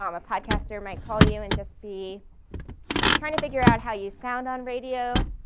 um a podcaster might call you and just be trying to figure out how you sound on radio,